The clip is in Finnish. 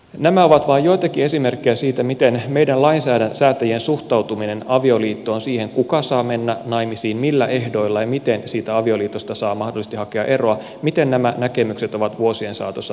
nämä ovat vain joitakin esimerkkejä siitä miten meidän lainsäätäjien näkemykset suhtautuminen avioliittoon siihen kuka saa mennä naimisiin millä ehdoilla ja miten siitä avioliitosta saa mahdollisesti hakea eroa ovat vuosien saatossa muuttuneet